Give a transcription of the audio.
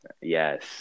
yes